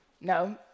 No